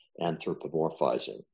anthropomorphizing